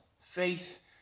faith